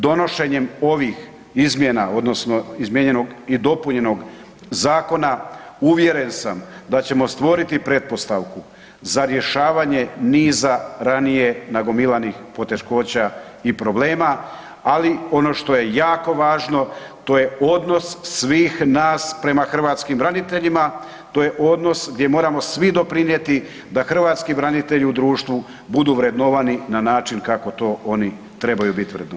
Donošenjem ovih izmjena odnosno izmijenjenog i dopunjenog zakona, uvjeren sam da ćemo stvoriti pretpostavku za rješavanje niza ranije nagomilanih poteškoća i problema ali ono što je jako važno, to je odnos svih nas prema hrvatskim braniteljima, to je odnos gdje moramo svi doprinijeti da hrvatski branitelji u društvu budu vrednovani na način kako to oni trebaju biti vrednovani.